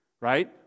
right